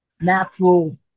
natural